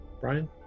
Brian